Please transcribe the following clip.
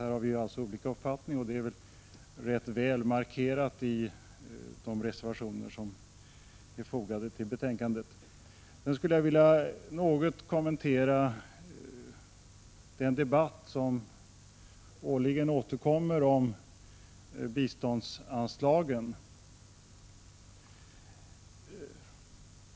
Här har vi alltså olika uppfattningar, och det är markerat i de reservationer som är fogade till betänkandet. Sedan skulle jag något vilja kommentera den debatt som årligen återkommer om biståndsanslagen.